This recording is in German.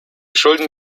schulden